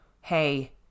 hey